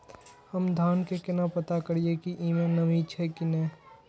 हम धान के केना पता करिए की ई में नमी छे की ने?